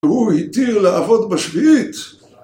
הוא התיר לעבוד בשביעית